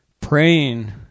praying